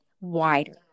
wider